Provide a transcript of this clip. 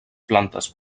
plantes